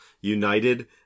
united